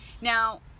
Now